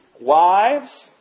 Wives